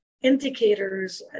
indicators